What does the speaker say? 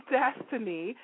destiny